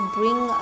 bring